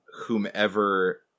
whomever